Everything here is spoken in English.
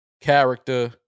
character